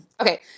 Okay